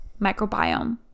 microbiome